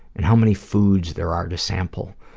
and how many foods there are to sample.